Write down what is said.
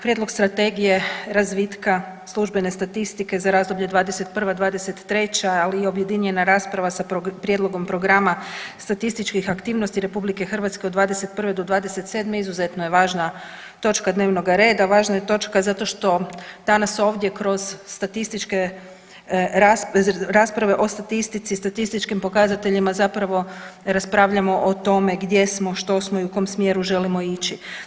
Prijedlog Strategije razvitka službene statistike za razdoblje 2021.-2023., ali objedinjena rasprava sa Prijedlogom programa statističkih aktivnosti RH od 2021.-2027. izuzetno je važna točka dnevnoga reda, važna je točka zato što danas ovdje kroz rasprave o statistici, statističkim pokazateljima zapravo raspravljamo o tome gdje smo, što smo i u kom smjeru želimo ići.